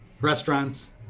restaurants